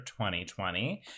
2020